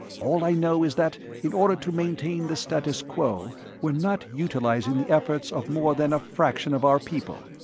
all i know is that in order to maintain the status quo, we're not utilizing the efforts of more than a fraction of our people.